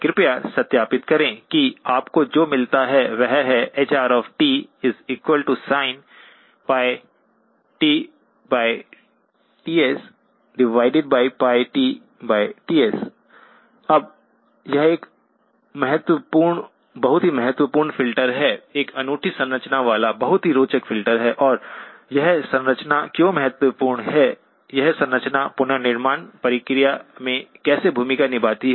कृपया सत्यापित करें कि आपको जो मिलता है वह है hrsinπtTsπtTs अब यह एक बहुत ही महत्वपूर्ण फ़िल्टर है एक अनूठी संरचना वाला बहुत ही रोचक फ़िल्टर है और यह संरचना क्यों महत्वपूर्ण है यह संरचना पुनर्निर्माण प्रक्रिया में कैसे भूमिका निभाती है